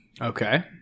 okay